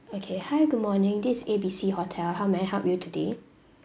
okay hi good morning this is A B C hotel how may I help you today